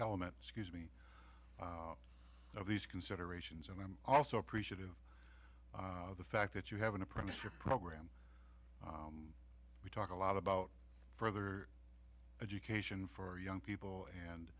element scuse me of these considerations and i'm also appreciative of the fact that you have an apprenticeship program we talk a lot about further education for young people and